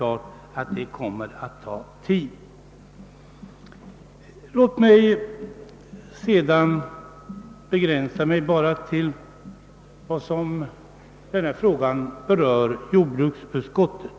Jag skall här bara uppehålla mig något vid denna fråga i den mån den har behandlats av jordbruksutskottet.